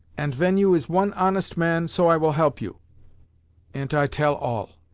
ant ven you is one honest man, so i will help you ant i tell all.